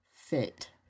fit